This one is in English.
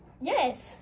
Yes